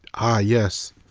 ah yes.